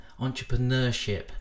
entrepreneurship